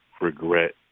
regret